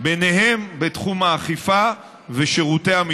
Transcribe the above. והיא חייבת להשמיע את הקול